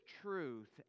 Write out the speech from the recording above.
truth